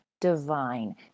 divine